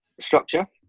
structure